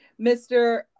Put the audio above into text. Mr